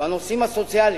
בנושאים הסוציאליים,